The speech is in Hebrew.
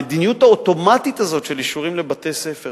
המדיניות האוטומטית הזאת של אישורים לבתי-ספר,